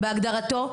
בהגדרתו,